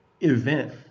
event